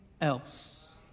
else